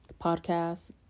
podcast